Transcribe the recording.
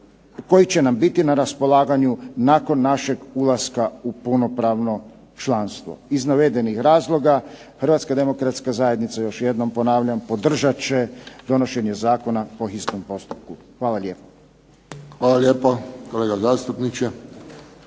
koji će nam biti na raspolaganju nakon našeg ulaska u punopravno članstvo. Iz navedenih razloga Hrvatska demokratska zajednica još jednom ponavljam podržat će donošenje Zakona po hitnom postupku. Hvala lijepo. **Friščić, Josip